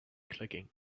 clicking